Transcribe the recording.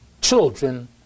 children